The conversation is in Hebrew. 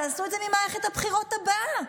עשו את זה ממערכת הבחירות הבאה.